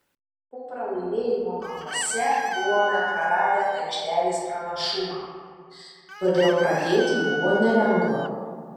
po pralaimėjimo namuose buvome praradę aikštelės pranašumą todėl pradėti buvo nelengva